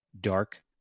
dark